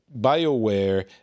Bioware